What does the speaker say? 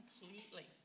completely